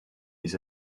les